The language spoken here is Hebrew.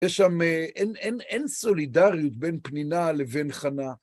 יש שם אין סולידריות בין פנינה לבין חנה.